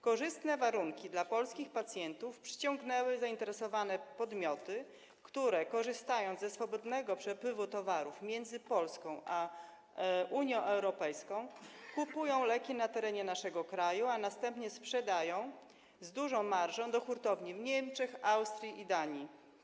Korzystne warunki dla polskich pacjentów przyciągnęły zainteresowane podmioty, które korzystając ze swobodnego przepływu towarów między Polską a krajami Unii Europejskiej, kupują leki na terenie naszego kraju, a następnie sprzedają z dużą marżą do hurtowni w Niemczech, Austrii i Danii.